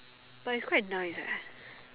but is quite nice eh